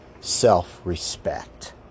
self-respect